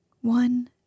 one